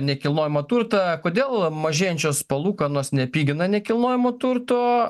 nekilnojamą turtą kodėl mažėjančios palūkanos nepigina nekilnojamo turto